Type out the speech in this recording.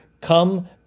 come